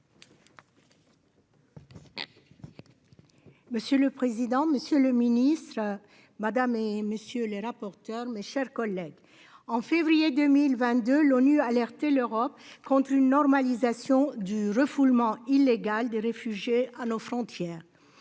Monsieur le président, Monsieur le Ministre, Madame et messieurs les rapporteurs, mes chers collègues, en février 2022, l'ONU a alerté l'Europe contre une normalisation du refoulement illégal des réfugiés à nos frontières.